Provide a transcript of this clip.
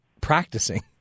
practicing